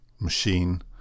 machine